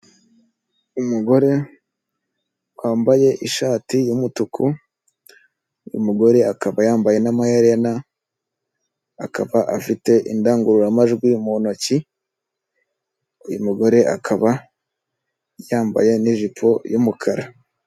Umugore wambaye ishati y'umutuku, uyu mugore akaba yamabeye n' amaherena, akaba afite indangururamajwi mu ntoki, uyu mugore akaba yambaye n'ijipo y'umukara.